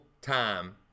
time